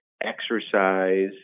exercise